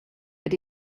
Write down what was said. that